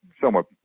somewhat